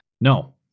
No